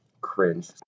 Cringe